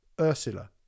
Ursula